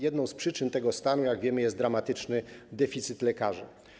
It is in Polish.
Jedną z przyczyn tego stanu, jak wiemy, jest dramatyczny deficyt lekarzy.